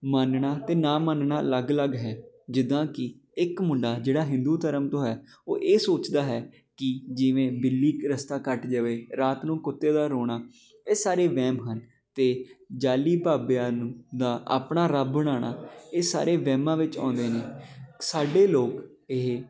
ਮਾਨਣਾ ਅਤੇ ਨਾ ਮੰਨਣਾ ਅਲੱਗ ਅਲੱਗ ਹੈ ਜਿੱਦਾਂ ਕਿ ਇੱਕ ਮੁੰਡਾ ਜਿਹੜਾ ਹਿੰਦੂ ਧਰਮ ਤੋਂ ਹੈ ਉਹ ਇਹ ਸੋਚਦਾ ਹੈ ਕਿ ਜਿਵੇਂ ਬਿੱਲੀ ਇੱਕ ਰਸਤਾ ਕੱਟ ਜਾਵੇ ਰਾਤ ਨੂੰ ਕੁੱਤੇ ਦਾ ਰੋਣਾ ਇਹ ਸਾਰੇ ਵਹਿਮ ਹਨ ਅਤੇ ਜਾਅਲੀ ਬਾਬਿਆਂ ਨੂੰ ਦਾ ਆਪਣਾ ਰੱਬ ਬਣਾਉਣਾ ਇਹ ਸਾਰੇ ਵਹਿਮਾਂ ਵਿੱਚ ਆਉਂਦੇ ਨੇ ਸਾਡੇ ਲੋਕ ਇਹ